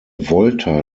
volta